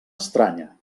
estranya